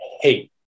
hate